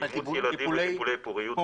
אימוץ ילדים וטיפולי פוריות --- טיפולי